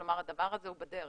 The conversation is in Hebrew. כלומר, הדבר הזה הוא בדרך.